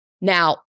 Now